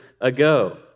ago